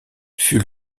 fut